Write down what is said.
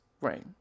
Right